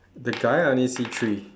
the guy I only see three